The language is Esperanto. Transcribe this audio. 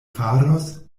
faros